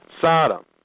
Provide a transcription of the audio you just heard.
Sodom